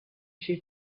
she